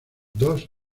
dos